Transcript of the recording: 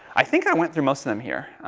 i think i went through most of them here.